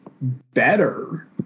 better